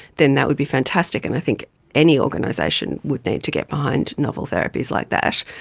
then that would be fantastic, and i think any organisation would need to get behind novel therapies like that.